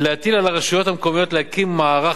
להטיל על הרשויות המקומיות להקים מערך